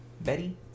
Betty